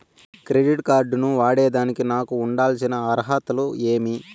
Credit card ను వాడేదానికి నాకు ఉండాల్సిన అర్హతలు ఏమి?